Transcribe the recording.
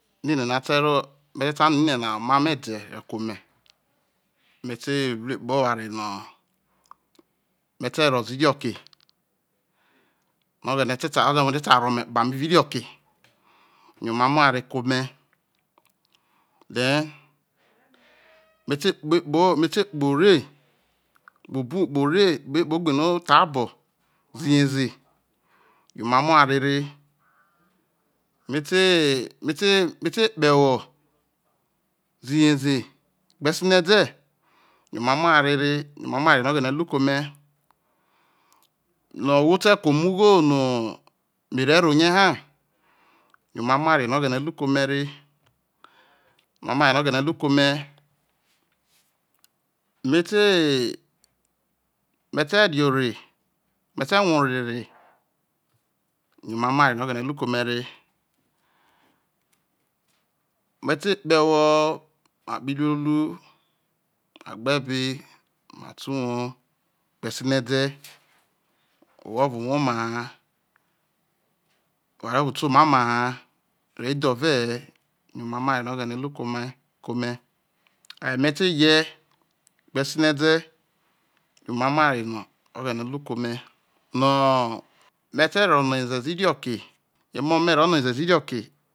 Hene te rro me te tano nene na yo oma mo̱ e̱de̱ roke̱ me te ru ekpao oware no me te̱ rowo ze irioke oghene te sai rowo ome evao luoke yo omamo oware ke ome then mete kpekpo mete kpoho ore kpoho ogbeno o thubo ahe ie yo omamo oware re me te mete kpoho ewo zihe gbe sine de yo omamo oware re yo omamo oware no oghene oru ke ome no ohwo te ke ame ugho no me rero rie ha yo omamo oware no oghe ne ru ke ome re yo omamo oware no oghene roke ome me te metere ore, me te rue ore re yo omamo oware nu oghene oru roke ome reime te kpoho ewo, ma kpoho iroo ru ma gbe ebe, ma te uwou gbe ede, ohwo evo nwa oma ha oware ovo te omai oma na ma wo idhove he yo omamo oware no oghene o ru ke ome aye ne te ye gbe sinede yo omamo oware no oghe ne ru ke ome no me te rowo za inoke, emo me rowo no oweze ze iri oke